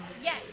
Yes